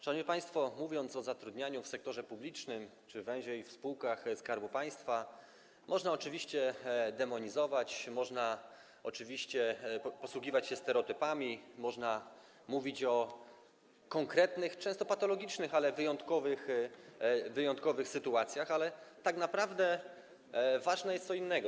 Szanowni państwo, mówiąc o zatrudnianiu w sektorze publicznym, czy węziej: w spółkach Skarbu Państwa, można oczywiście demonizować, można posługiwać się stereotypami, można mówić o konkretnych, często patologicznych, ale wyjątkowych sytuacjach, ale tak naprawdę ważne jest co innego.